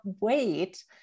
wait